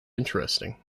interesting